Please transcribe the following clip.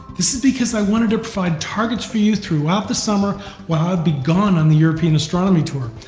this is because i wanted to provide targets for you throughout the summer while i would be gone on the european astronomy tour.